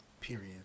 Period